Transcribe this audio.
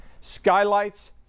skylights